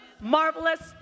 marvelous